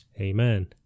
amen